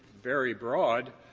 very broad.